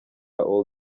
all